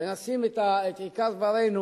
ונשים את עיקר דברינו,